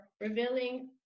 revealing